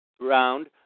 round